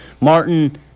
Martin